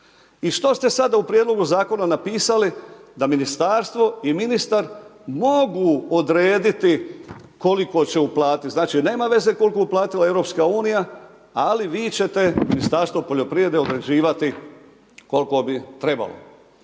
I što ste sada u prijedlogu zakona napisali? Da ministarstvo i ministar mogu odrediti koliko će uplatiti. Znači nema veze koliko je uplatila EU ali vi ćete, Ministarstvo poljoprivrede određivati koliko bi trebalo.